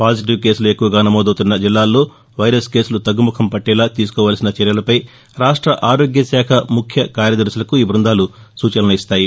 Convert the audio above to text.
positive కేసులు ఎక్కువగా నమోదవుతున్న జిల్లాల్లో వైరస్ కేసులు తగ్గుముఖం పట్టేలా తీసుకోవాల్సిన చర్యలపై రాష్ట్ర ఆరోగ్యశాఖ ముఖ్య కార్యదర్శులకు ఈ బ్బందాలు సూచనలు ఇస్తాయి